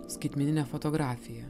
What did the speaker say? skaitmeninę fotografiją